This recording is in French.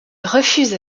refuse